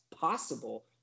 possible